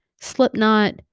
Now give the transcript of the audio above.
Slipknot